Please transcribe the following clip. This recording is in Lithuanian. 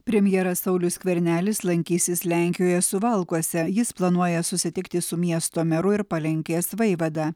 premjeras saulius skvernelis lankysis lenkijoje suvalkuose jis planuoja susitikti su miesto meru ir palenkės vaivada